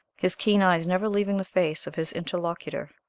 his keen eyes never leaving the face of his interlocutor.